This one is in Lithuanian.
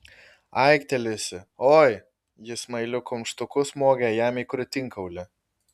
aiktelėjusi oi ji smailiu kumštuku smogė jam į krūtinkaulį